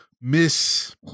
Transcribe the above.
miss